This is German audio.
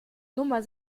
nummer